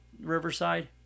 Riverside